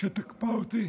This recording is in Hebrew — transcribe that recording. שתקפה אותי.